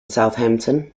southampton